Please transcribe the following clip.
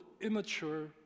immature